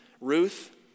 Ruth